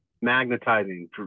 magnetizing